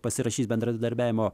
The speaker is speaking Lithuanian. pasirašys bendradarbiavimo